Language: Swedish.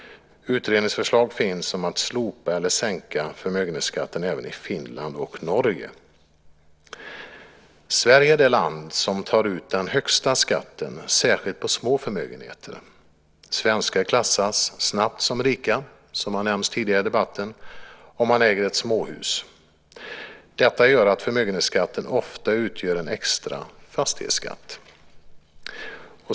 Utredningsförslag finns om att slopa eller sänka förmögenhetsskatten även i Finland och Norge. Sverige är det land som tar ut den högsta skatten särskilt på små förmögenheter. Svenskar klassas snabbt som rika, som har nämnts tidigare i debatten, om man äger ett småhus. Detta gör att förmögenhetsskatten ofta utgör en extra fastighetsskatt.